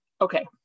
Okay